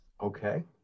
okay